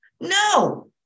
no